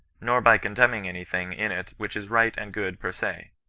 nor by contemning any thing in it which is right and good per se.